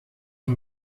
een